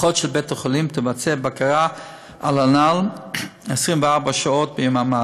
אחות של בית-החולים תבצע בקרה על הנ"ל 24 שעות ביממה.